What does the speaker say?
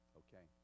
okay